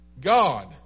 God